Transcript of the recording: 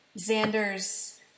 Xander's